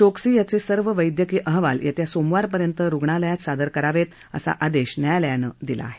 चोक्सी याचे सर्व वैद्यकीय अहवाल येत्या सोमवारपर्यंत रुग्णालयात सादर करावेत असा आदेश न्यायालयानं दिला आहे